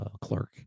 clerk